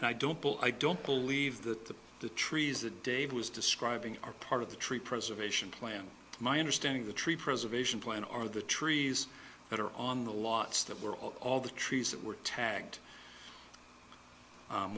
and i don't pull i don't believe that the trees a day was describing are part of the tree preservation plan my understanding the tree preservation plan are the trees that are on the lots that were all the trees that were tagged